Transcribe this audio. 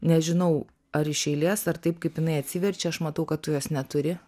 nežinau ar iš eilės ar taip kaip jinai atsiverčia aš matau kad tu jos neturi